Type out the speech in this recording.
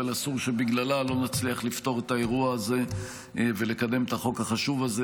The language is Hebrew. אבל אסור שבגללה לא נצליח לפתור את האירוע הזה ולקדם את החוק החשוב הזה.